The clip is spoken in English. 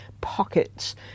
pockets